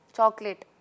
Chocolate